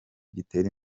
gitere